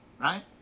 right